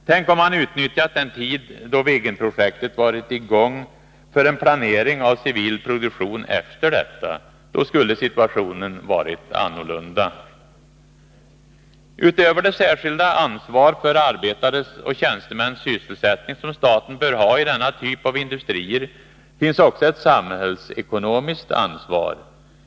Tänk om man utnyttjat den tid då Viggenprojektet varit i gång, för en planering av civil produktion efter detta! Då skulle situationen varit annorlunda. Utöver det särskilda ansvar för arbetares och tjänstemäns sysselsättning som staten bör ha i denna typ av industrier finns också ett samhällsekonomiskt ansvar.